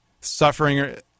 suffering